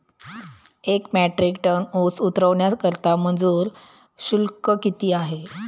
एक metric ton ऊस उतरवण्याकरता मजूर शुल्क किती आहे?